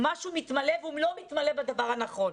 משהו מתמלא והוא לא מתמלא בדבר הנכון.